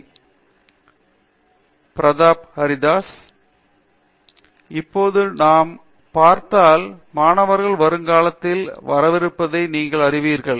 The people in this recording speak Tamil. பேராசிரியர் பிரதாப் ஹரிதாஸ் எனவே இப்போது நாம் பார்த்தால் மாணவர் வருங்காலத்தில் வரவிருக்கின்றதை நீங்கள் அறிவீர்கள்